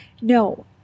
No